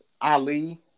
Ali